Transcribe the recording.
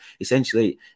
essentially